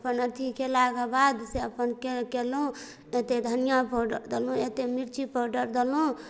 अपन अथी कएलाके बाद से अपन कएलहुँ एतेक धनिआ पाउडर देलहुँ एतेक मिरची पाउडर देलहुँ